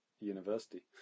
university